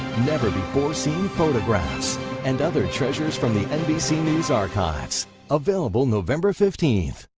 never-before-seen photographs and other treasures from the nbc news archives available november fifteenth.